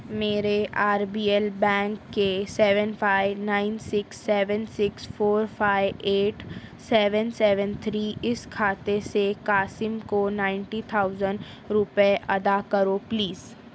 میرے R B L bank کے seven five nine six seven six four five eight seven seven three اس کھاتے سے قاسم کو نائنٹی تھاؤزن روپئے ادا کرو پلیز